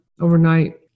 overnight